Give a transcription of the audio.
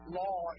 law